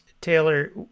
Taylor